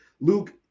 Luke